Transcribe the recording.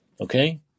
okay